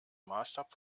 maßstab